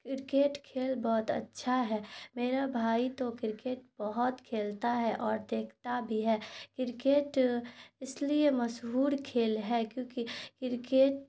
cricket کھیل بہت اچھا ہے میرا بھائی تو کرکٹ بہت کھیلتا ہے اور دیکھتا بھی ہے کرکیٹ اس لیے مشہور کھیل ہے کیونکہ کرکیٹ